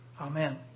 Amen